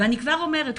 אני כבר אומרת,